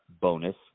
bonus